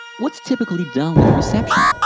what's typically done with the reception?